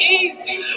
easy